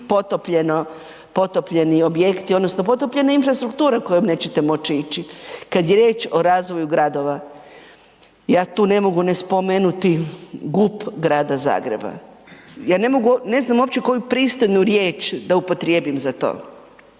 potopljeno, potopljeni objekti odnosno potopljena infrastruktura kojom nećete moći ići. Kad je riječ o razvoju gradova, ja tu ne mogu ne spomenuti GUP Grada Zagreba, ja ne znam uopće koju pristojnu riječ da upotrijebim za to.